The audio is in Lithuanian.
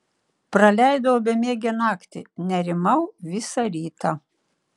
praleidau bemiegę naktį nerimau visą rytą